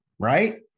Right